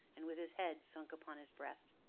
and with his head sunk upon his breast.